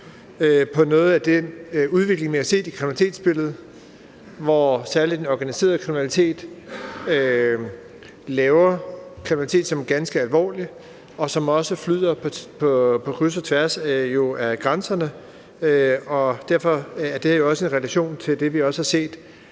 på noget af den udvikling, vi har set i kriminalitetsbilledet, hvor der særlig i forbindelse med den organiserede kriminalitet laves kriminalitet, som er ganske alvorlig, og som jo også flyder på kryds og tværs af grænserne, og derfor er det også i relation til det, som vi har set